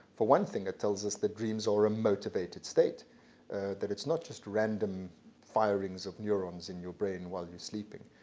for one thing, it tells us that dreams are a motivated state that it's not just random firings of neurons in your brain while you're sleeping.